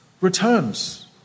returns